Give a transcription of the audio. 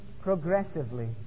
progressively